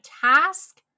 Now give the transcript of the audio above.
task